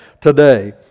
today